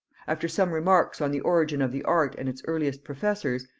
after some remarks on the origin of the art and its earliest professors,